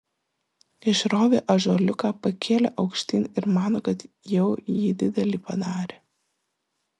išrovė ąžuoliuką pakėlė aukštyn ir mano kad jau jį didelį padarė